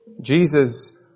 Jesus